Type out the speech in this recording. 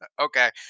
Okay